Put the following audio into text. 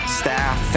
staff